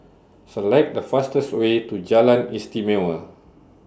Select The fastest Way to Jalan Istimewa